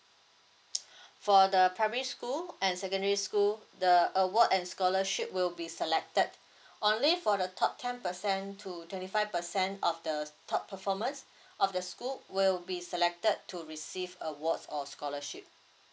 for the primary school and secondary school the award and scholarship will be selected only for the top ten percent to twenty five percent of the top performers of the school will be selected to receive awards or scholarship